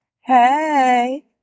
Hey